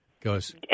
goes